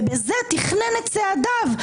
ובזה תכנן את צעדיו.